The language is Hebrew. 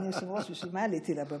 אדוני היושב-ראש, בשביל מה עליתי לבמה?